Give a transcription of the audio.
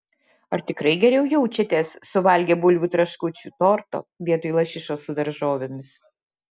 ar tikrai geriau jaučiatės suvalgę bulvių traškučių torto vietoj lašišos su daržovėmis